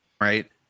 right